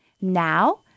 Now